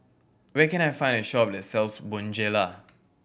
where can I find a shop that sells Bonjela